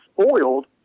spoiled